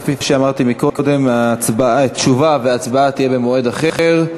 כפי שאמרתי קודם, תשובה והצבעה יהיו במועד אחר.